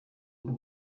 w’u